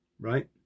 right